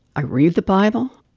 i read the bible.